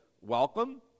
welcome